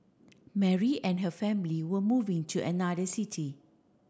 Mary and her family were moving to another city